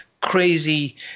crazy